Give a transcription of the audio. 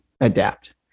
adapt